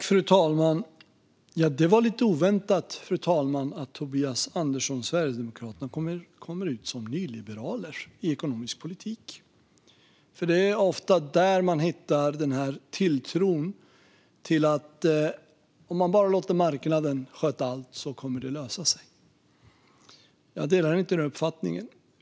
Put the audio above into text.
Fru talman! Det var lite oväntat att Tobias Andersson och Sverigedemokraterna skulle komma ut som nyliberaler i ekonomisk politik. Det är ju ofta hos nyliberaler man hittar denna tilltro till att om man bara låter marknaden sköta allt kommer det att lösa sig. Jag delar inte den uppfattningen.